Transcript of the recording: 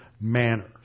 manner